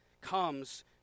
comes